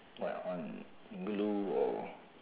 what on glue or